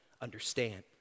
understand